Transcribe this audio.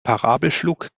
parabelflug